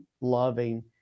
loving